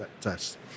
test